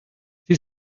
sie